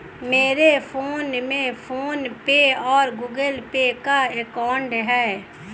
मेरे फोन में PhonePe और गूगल पे का अकाउंट है